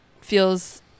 feels